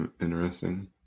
Interesting